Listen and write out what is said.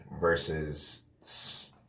versus